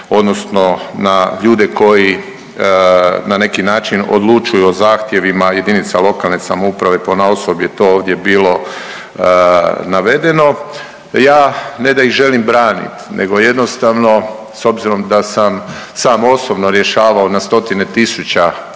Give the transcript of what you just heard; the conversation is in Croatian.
odnosno na ljude koji na neki način odlučuju o zahtjevima jedinica lokalne samouprave, ponaosob je to ovdje bilo navedeno. Ja ne da ih želim braniti nego jednostavno s obzirom da sam sam osobno rješavao na stotine tisuća